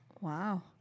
Wow